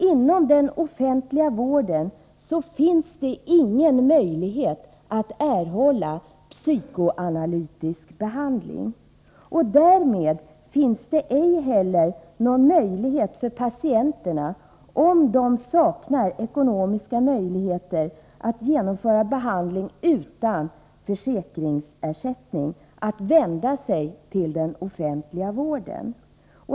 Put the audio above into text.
Inom den offentliga vården finns det ingen möjlighet att erhålla psykoanalytisk behandling. Därmed finns ej heller någon möjlighet för de patienter, som saknar ekonomiska resurser att genomföra behandling utan försäkringsersättning, att vända sig till den offentliga vården.